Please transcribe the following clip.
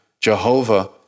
Jehovah